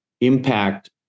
impact